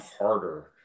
harder